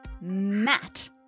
Matt